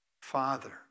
Father